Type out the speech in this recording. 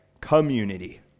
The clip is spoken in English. Community